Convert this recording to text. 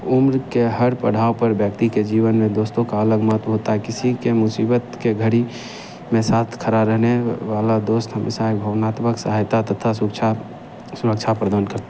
उम्र के हर पड़ाव के व्यक्ति के जीवन में दोस्तों का अलग महत्व होता है किसी की मुसीबत की घड़ी में साथ खड़ा रहने वाला दोस्त हमेशा एक भवनात्मक सहायता तथा सुरक्षा सुरक्षा प्रदान कर